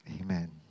Amen